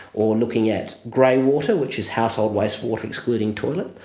or looking at grey-water, which is household waste water excluding toilet,